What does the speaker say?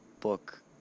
book